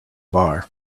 bar